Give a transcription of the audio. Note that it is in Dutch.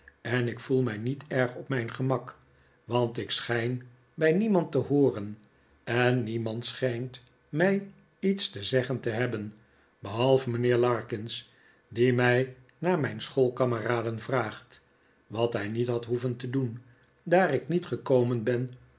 en ik voel mij niet erg op mijn gemak want ik schijn bij niemand te hooren en niemand schijnt mij iets te zeggen te hebben behalve mijnheer larkins die mij naar mijn schoolkameraden vraagt wat hij niet had hoeven te doen daar ik niet gekomen ben